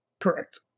Correct